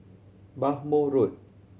Bhamo Road